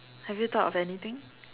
have you thought of anything